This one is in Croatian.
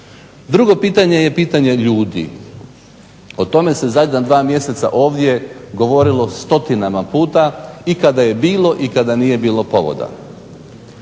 Drugo pitanje je pitanje ljudi. O tome se zadnja dva mjeseca ovdje govorilo stotinama puta i kada je bilo i kada nije bilo povoda.